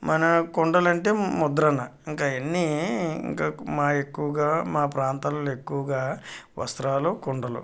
మన కుండలంటే ముద్రణ ఇంకా అవన్నీ ఇంకా మా ఎక్కువగా మా ప్రాంతాలలో ఎక్కువగా వస్త్రాలు కుండలు